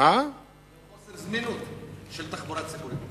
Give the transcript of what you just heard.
בגלל חוסר זמינות של תחבורה ציבורית.